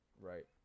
Right